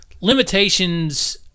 limitations